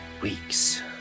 Weeks